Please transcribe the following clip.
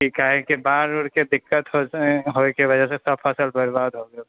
काहे कि बाढ़ि उढ़िके दिक्कत होइके वजहसँ सभफसल बर्बाद हो गेल